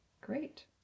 great